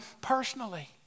personally